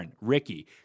Ricky